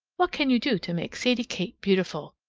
what can you do to make sadie kate beautiful?